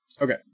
okay